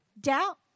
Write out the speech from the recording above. doubt